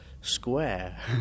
square